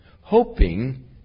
hoping